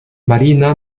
marina